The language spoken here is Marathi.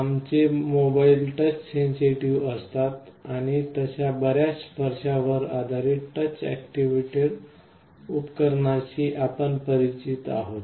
आमचे मोबाईल टच सेन्सेटिव्ह असतात तशा बर्याच स्पर्शा वरआधारित टच अॅक्टिवेटेड उपकरणांशी आपण परिचित आहोत